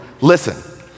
listen